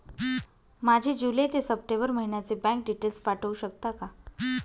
माझे जुलै ते सप्टेंबर महिन्याचे बँक डिटेल्स पाठवू शकता का?